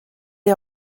est